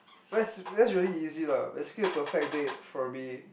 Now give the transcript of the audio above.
that's that's really easy lah basically a perfect date for me